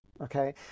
Okay